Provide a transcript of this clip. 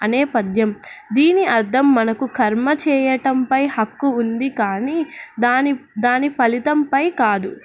అనే పద్యం దీని అర్థం మనకు కర్మ చేయటంపై హక్కు ఉంది కానీ దాని దాని ఫలితంపై కాదు